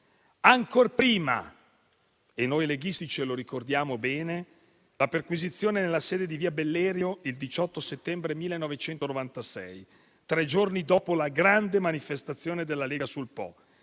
Ancor prima - e noi leghisti ce lo ricordiamo bene - vi fu la perquisizione nella sede di via Bellerio il 18 settembre 1996 (tre giorni dopo la grande manifestazione della Lega sul Po),